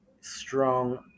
strong